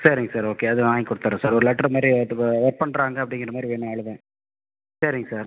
சரிங்க sir okay அது வாங்கி குடுத்துடுறேன் ஒரு லெட்டர் மாதிரி ஒர்க் பண்ணுறாங்க அப்டிங்கிற மாதிரி வேணும் அவ்வளோ தானே சரிங்க சார்